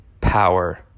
power